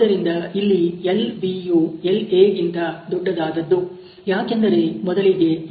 ಆದ್ದರಿಂದ ಇಲ್ಲಿ LB ಯು LA ಗಿಂತ ದೊಡ್ಡದಾದದ್ದು ಯಾಕೆಂದರೆ ಮೊದಲಿಗೆ LA 8